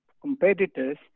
competitors